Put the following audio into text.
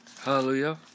Hallelujah